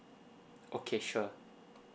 okay sure